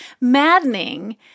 maddening